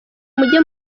mujye